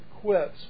quits